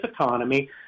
economy